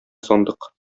сандык